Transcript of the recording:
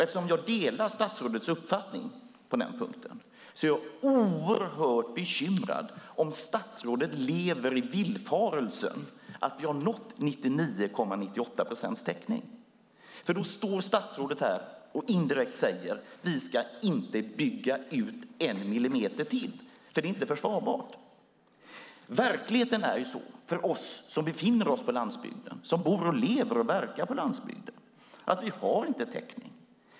Eftersom jag delar statsrådets uppfattning på den punkten är jag oerhört bekymrad om statsrådet lever i villfarelsen att vi har nått 99,98 procents täckning, för då står statsrådet här och indirekt säger: Vi ska inte bygga ut en millimeter till, för det är inte försvarbart. Verkligheten för oss som befinner oss på landsbygden, som bor och lever och verkar på landsbygden, är att vi inte har täckning.